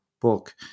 book